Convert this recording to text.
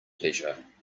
pleasure